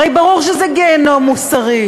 הרי ברור שזה גיהינום מוסרי.